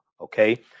okay